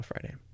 Friday